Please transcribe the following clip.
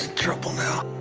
trouble now.